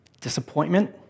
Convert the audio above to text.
disappointment